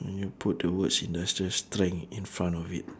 when you put the words industrial strength in front of it